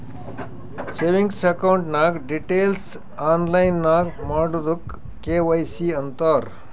savings account ನಾಗ್ details online ನಾಗ್ ಮಾಡದುಕ್ ಕೆ.ವೈ.ಸಿ ಅಂತಾರ್